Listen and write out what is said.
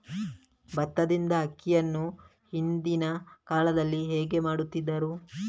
ಭತ್ತದಿಂದ ಅಕ್ಕಿಯನ್ನು ಹಿಂದಿನ ಕಾಲದಲ್ಲಿ ಹೇಗೆ ಮಾಡುತಿದ್ದರು?